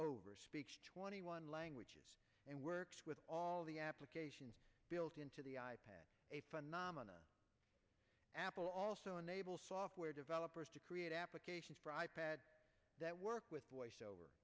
over twenty one languages and works with all the applications built into the i pad a phenomenon apple also enables software developers to create applications for i pad that work with voiceover